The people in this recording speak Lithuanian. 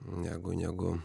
negu negu